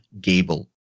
Gable